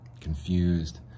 Confused